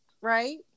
right